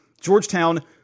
Georgetown